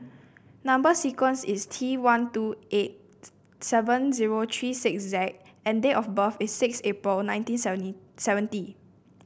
number sequence is T one two eight seven zero three six Z and date of birth is six April nineteen seventy seventeen